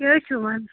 کیٛاہ حظ چھُو وَنان